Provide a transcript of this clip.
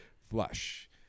flush